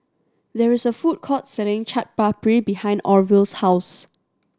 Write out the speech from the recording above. there is a food court selling Chaat Papri behind Orville's house